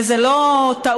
וזה לא טעות,